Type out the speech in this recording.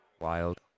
Wild